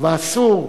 ואסור,